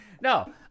No